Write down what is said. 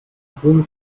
ruhm